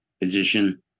position